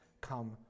come